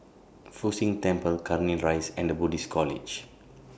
Fu Xi Tang Temple Cairnhill Rise and The Buddhist College